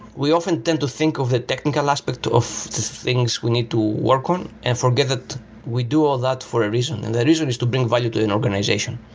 we often tend to think of the technical aspect of the things we need to work on and forget that we do all that for a reason, and the reason is to bring value to an organization.